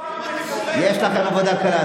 יש לכם עבודה קלה.